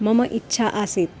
मम इच्छा आसीत्